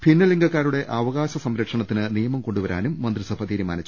ഭിന്ന ലിംഗക്കാ രുടെ അവകാശ സംരക്ഷണത്തിന് നിയമം കൊണ്ടുവരാനും മന്ത്രിസഭ തീരുമാനിച്ചു